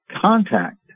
contact